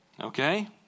Okay